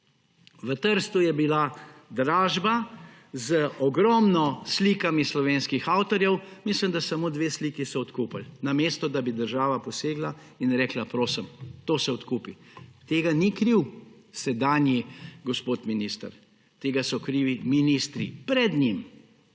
V Trstu je bila dražba s slikami slovenskih avtorjev, mislim, da so samo dve sliki odkupili, namesto da bi država posegla in rekla, da se to odkupi. Tega ni kriv sedanji gospod minister, tega so krivi ministri pred njim,